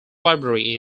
library